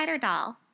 doll